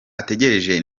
ategereje